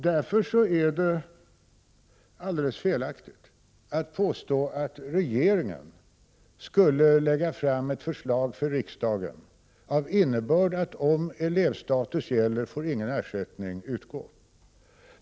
Därför är det alldeles felaktigt att påstå att regeringen skulle lägga fram ett förslag för riksdagen av innebörd att om elevstatus gäller får ingen ersättning utgå.